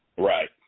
Right